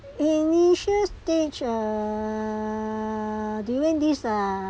initial stage ah during this ah